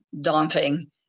daunting